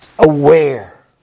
Aware